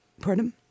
Pardon